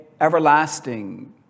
everlasting